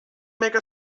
make